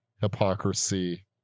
hypocrisy